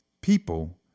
People